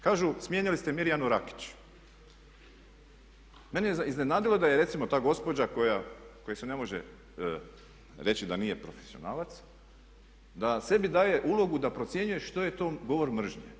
Kažu smijenili ste Mirijanu Rakić, mene je iznenadilo da je recimo ta gospođa koja se ne može reći da nije profesionalac da sebi daje ulogu da procjenjuje što je to govor mržnje.